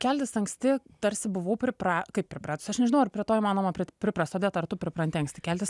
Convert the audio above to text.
keltis anksti tarsi buvau pripra kaip pripratus aš nežinau ar prie to įmanoma pri priprast odeta ar tu pripranti anksti keltis